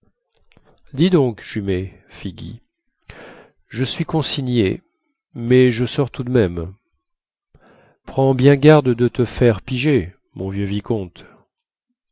dis donc jumet fit guy je suis consigné mais je sors tout de même prends bien garde de te faire piger mon vieux vicomte